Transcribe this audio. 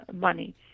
money